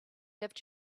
lived